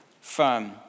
firm